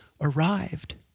arrived